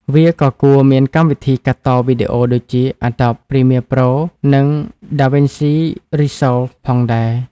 វាក៏គួរមានកម្មវិធីកាត់តវីដេអូដូចជា Adobe Premiere Pro ឬ DaVinci Resolve ផងដែរ។